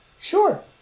Sure